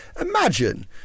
imagine